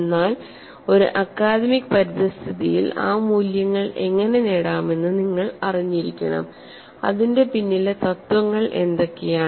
എന്നാൽ ഒരു അക്കാദമിക് പരിതസ്ഥിതിയിൽ ആ മൂല്യങ്ങൾ എങ്ങനെ നേടാമെന്ന് നിങ്ങൾ അറിഞ്ഞിരിക്കണം അതിന്റെ പിന്നിലെ തത്വങ്ങൾ എന്തൊക്കെയാണ്